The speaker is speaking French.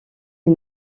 est